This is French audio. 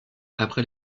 après